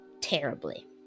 terribly